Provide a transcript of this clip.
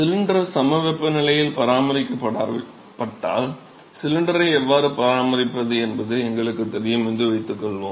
cylinder சமவெப்ப நிலையில் பராமரிக்கப்பட்டால் சிலிண்டரை எவ்வாறு பராமரிப்பது என்பது எங்களுக்குத் தெரியும் என்று வைத்துக்கொள்வோம்